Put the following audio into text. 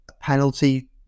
penalty